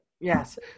Yes